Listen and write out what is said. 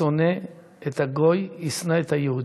השונא את הגוי ישנא את היהודי,